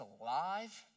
alive